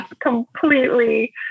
completely